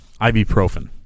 ibuprofen